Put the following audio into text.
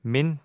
Men